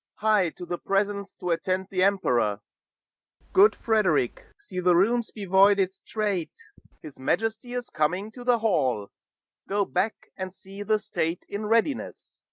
hie to the presence to attend the emperor good frederick, see the rooms be voided straight his majesty is coming to the hall go back, and see the state in readiness.